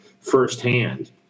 firsthand